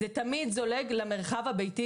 זה תמיד זולג למרחב הביתי.